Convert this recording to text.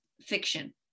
fiction